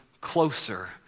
closer